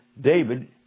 David